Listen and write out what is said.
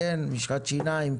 משחת שיניים,